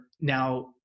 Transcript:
now